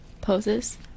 poses